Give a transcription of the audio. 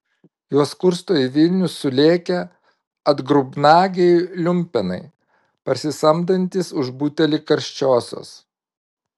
juos kursto į vilnių sulėkę atgrubnagiai liumpenai parsisamdantys už butelį karčiosios